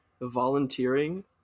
volunteering